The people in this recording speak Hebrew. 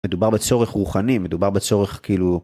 מדובר בצורך רוחני, מדובר בצורך כאילו...